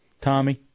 Tommy